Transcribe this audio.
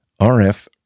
RF